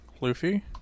Luffy